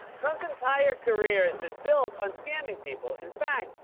trump's entire career has been built on scamming people. in fact,